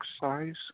size